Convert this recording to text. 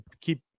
keep